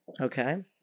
Okay